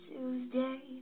Tuesday